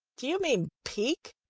do you mean pique?